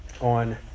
on